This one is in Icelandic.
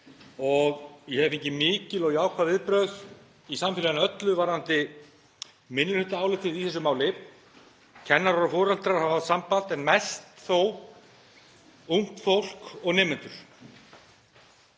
Ég hef fengið mikil og jákvæð viðbrögð í samfélaginu öllu varðandi minnihlutaálitið í þessu máli. Kennarar og foreldrar hafa haft samband en mest þó ungt fólk og nemendur